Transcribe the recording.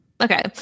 Okay